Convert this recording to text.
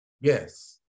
Yes